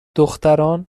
دختران